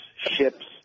ships